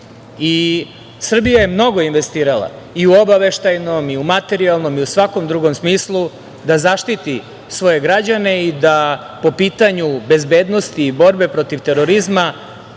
Srbija je mnogo investirala, i u obaveštajnom, i u materijalnom i svakom drugom smislu, da zaštiti svoje građane i da po pitanju bezbednosti i borbe protiv terorizma